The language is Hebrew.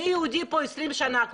אני יהודי פה 20 שנה,